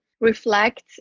reflect